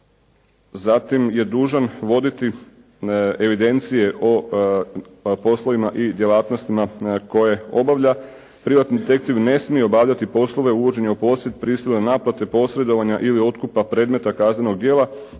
Zatim je dužan voditi evidencije o poslovima i djelatnostima koje obavlja. Privatni detektiv ne smije obavljati poslove uvođenja u posjed prisilne naplate, posredovanja ili otkupa predmeta kaznenog djela,